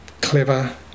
clever